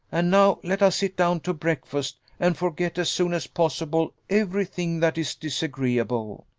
and now let us sit down to breakfast, and forget as soon as possible every thing that is disagreeable.